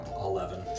Eleven